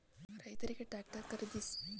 ರೈತರಿಗೆ ಟ್ರಾಕ್ಟರ್ ಖರೀದಿಸಲು ವಿಶೇಷ ಯೋಜನೆಗಳಿವೆಯೇ?